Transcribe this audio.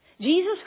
Jesus